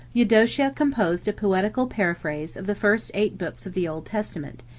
eudocia composed a poetical paraphrase of the first eight books of the old testament,